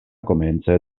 komence